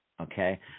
okay